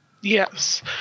Yes